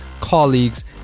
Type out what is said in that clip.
colleagues